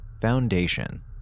Foundation